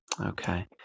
Okay